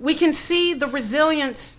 we can see the resilience